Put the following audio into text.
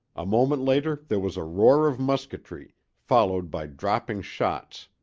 a moment later there was a roar of musketry, followed by dropping shots